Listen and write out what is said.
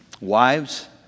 Wives